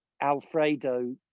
Alfredo